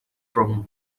from